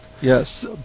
Yes